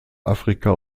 afrika